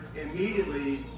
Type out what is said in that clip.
immediately